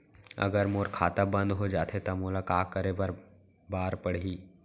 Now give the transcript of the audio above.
अगर मोर खाता बन्द हो जाथे त मोला का करे बार पड़हि?